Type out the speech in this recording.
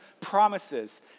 promises